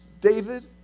David